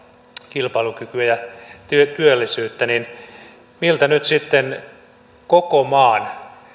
kilpailukykyä ja työllisyyttä niin miltä nyt sitten koko maan